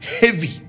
Heavy